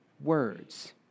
words